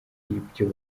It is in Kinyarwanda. rw’ibyo